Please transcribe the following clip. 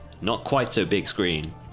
not-quite-so-big-screen